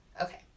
Okay